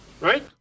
right